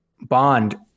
bond